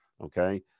okay